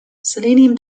selenium